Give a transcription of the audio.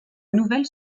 nouvelle